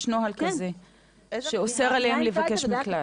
יש נוהל כזה שאוסר עליהם לבקש מקלט,